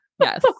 Yes